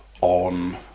on